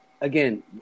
again